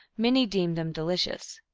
many deem them de licious.